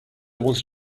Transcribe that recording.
wanted